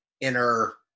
inner